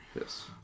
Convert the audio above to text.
Yes